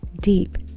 deep